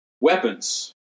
weapons